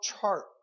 chart